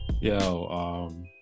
Yo